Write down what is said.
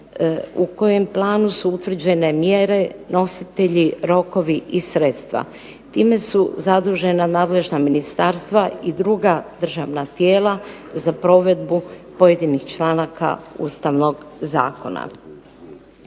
u kojem planu su utvrđene mjere, nositelji, rokovi i sredstva. Time su zadužena nadležna ministarstva i druga državna tijela za provedbu pojedinih članaka Ustavnog zakona.